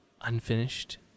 unfinished